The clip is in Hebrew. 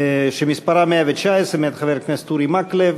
שמספרה 119, מאת חבר הכנסת אורי מקלב: